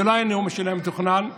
זה לא היה הנאום המתוכנן שלי.